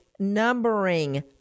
numbering